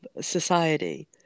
society